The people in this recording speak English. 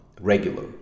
regular